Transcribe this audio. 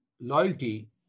loyalty